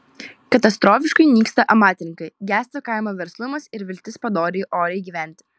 katastrofiškai nyksta amatininkai gęsta kaimo verslumas ir viltis padoriai oriai gyventi